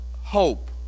hope